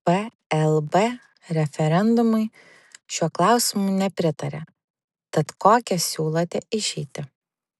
plb referendumui šiuo klausimu nepritarė tad kokią siūlote išeitį